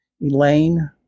Elaine